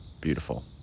beautiful